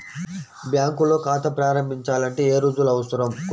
బ్యాంకులో ఖాతా ప్రారంభించాలంటే ఏ రుజువులు అవసరం?